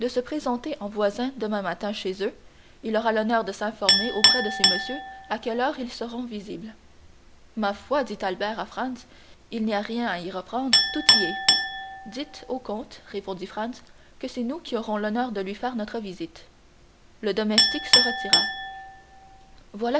se présenter en voisin demain matin chez eux il aura l'honneur de s'informer auprès de ces messieurs à quelle heure ils seront visibles ma foi dit albert à franz il n'y a rien à y reprendre tout y est dites au comte répondit franz que c'est nous qui aurons l'honneur de lui faire notre visite le domestique se retira